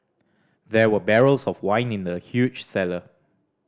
there were barrels of wine in the huge cellar